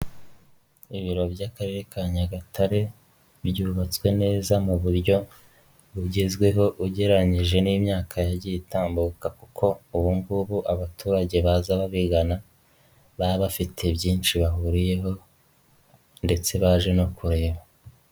Ibiro by'Akarere ka Nyagatare byubatswe neza mu buryo bugezweho ugereranyije n'imyaka yagiye itambuka kuko ubu ngubu abaturage baza babigana, baba bafite byinshi bahuriyeho ndetse baje no kureba.